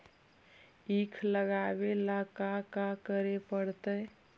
ईख लगावे ला का का करे पड़तैई?